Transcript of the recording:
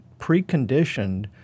preconditioned